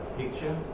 picture